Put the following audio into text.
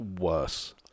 worse